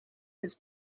his